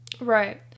right